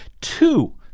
two